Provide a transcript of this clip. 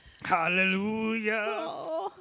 Hallelujah